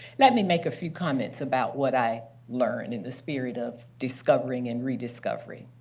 let me make a few comments about what i learned in the spirit of discovering and rediscovery.